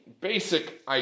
basic